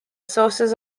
sources